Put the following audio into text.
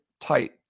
tight